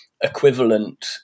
equivalent